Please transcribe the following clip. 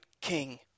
king